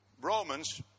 Romans